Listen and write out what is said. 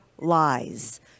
lies